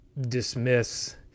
dismiss